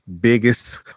biggest